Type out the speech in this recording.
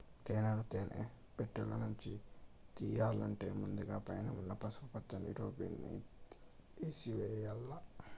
తేనెను తేనె పెట్టలనుంచి తియ్యల్లంటే ముందుగ పైన ఉన్న పసుపు పచ్చని టోపిని తేసివేయల్ల